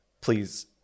please